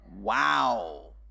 Wow